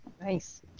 Nice